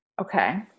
Okay